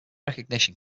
recognition